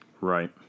Right